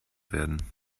werden